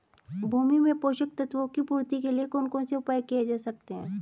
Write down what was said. भूमि में पोषक तत्वों की पूर्ति के लिए कौन कौन से उपाय किए जा सकते हैं?